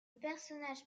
personnage